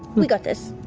we got this.